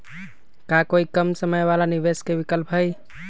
का कोई कम समय वाला निवेस के विकल्प हई?